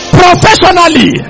professionally